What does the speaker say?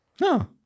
no